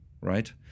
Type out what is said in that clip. right